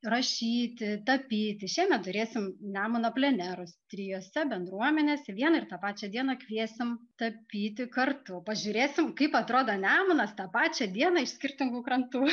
rašyti tapyti šiemet turėsim nemuno plenerus trijuose bendruomenėse vieną ir tą pačią dieną kviesim tapyti kartu pažiūrėsim kaip atrodo nemunas tą pačią dieną iš skirtingų krantų